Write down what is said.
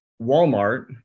Walmart